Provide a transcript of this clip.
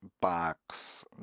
box